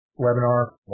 webinar